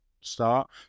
start